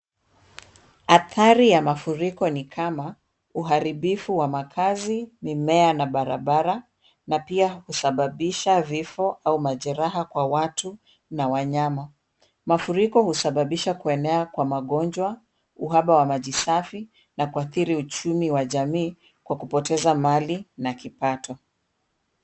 Athari ya mafuriko ni kama uharibifu wa makaazi, mimea na barabara na pia husababisha vifo au majeraha kwa watu na wanyama. Mafuriko husababisha kuenea kwa magonjwa, uhaba wa maji safi na kuathiri uchumi wa jamii kwa kupoteza mali na kipato.